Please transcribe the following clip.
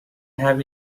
have